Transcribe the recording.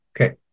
okay